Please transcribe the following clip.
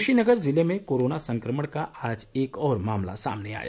कुशीनगर जिले में कोरोना संक्रमण का आज एक और मामला सामने आया